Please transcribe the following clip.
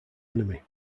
enemy